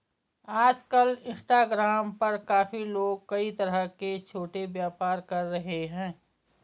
आजकल इंस्टाग्राम पर काफी लोग कई तरह के छोटे व्यापार कर रहे हैं